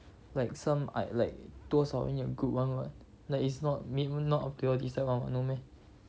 like some I like 多少人 in your group [one] [what] like it's not mean up to you all decide [one] [what] no meh